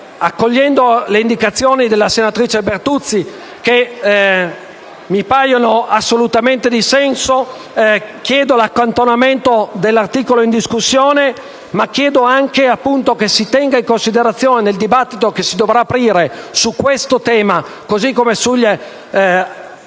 accogliendo le indicazioni della senatrice Bertuzzi che mi paiono assolutamente di buonsenso, chiedo l'accantonamento dell'articolo 3, ma chiedo anche che si tenga in considerazione il dibattito che si dovrà aprire su questo tema, così come sugli